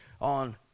on